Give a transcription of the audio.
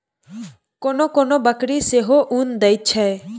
कोनो कोनो बकरी सेहो उन दैत छै